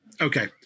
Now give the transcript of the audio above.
Okay